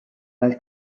dal